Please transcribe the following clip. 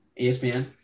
ESPN